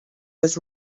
was